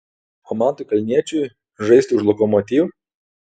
o mantui kalniečiui žaisti už lokomotiv